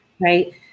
right